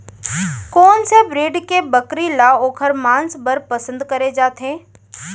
कोन से ब्रीड के बकरी ला ओखर माँस बर पसंद करे जाथे?